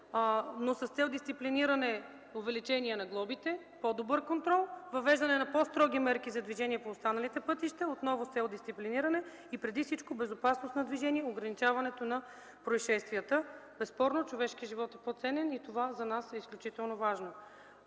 но с цел дисциплиниране – увеличение на глобите, по-добър контрол, въвеждане на по-строги мерки за движение по останалите пътища, и преди всичко безопасност на движение и ограничаването на произшествията. Безспорно човешкият живот е по-ценен и това за нас е изключително важно.